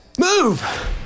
Move